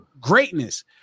greatness